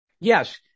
Yes